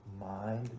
mind